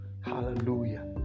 Hallelujah